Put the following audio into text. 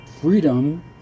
freedom